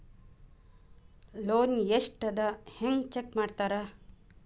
loan ಎಷ್ಟ್ ಅದ ಹೆಂಗ್ ಚೆಕ್ ಮಾಡ್ತಾರಾ